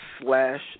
Slash